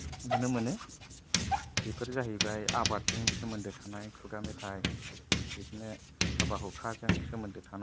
नुनो मोनो बेफोर जाहैबाय आबादजों सोमोन्दो थानाय खुगा मेथाइ बिदिनो हाबा हुखाजों सोमोन्दो थानाय